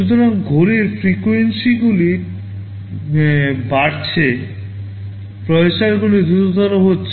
সুতরাং ক্লকের ফ্রিকোয়েন্সিগুলি বাড়ছে প্রসেসরগুলি দ্রুততর হচ্ছে